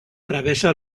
travessa